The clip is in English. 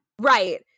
Right